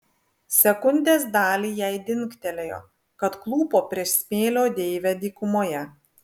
sekundės dalį jai dingtelėjo kad klūpo prieš smėlio deivę dykumoje